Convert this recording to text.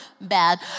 bad